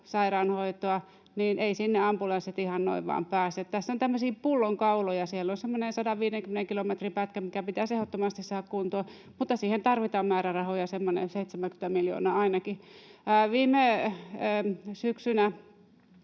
sairaanhoitoa, niin eivät sinne ambulanssit ihan noin vain pääse. Tässä on tämmöisiä pullonkauloja. Siellä on semmoinen 150 kilometrin pätkä, mikä pitäisi ehdottomasti saada kuntoon, mutta siihen tarvitaan määrärahoja semmoinen 70 miljoonaa ainakin. Viime keväällä